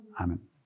Amen